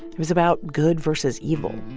it was about good versus evil.